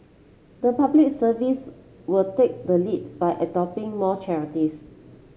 the Public Service will take the lead by adopting more charities